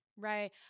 Right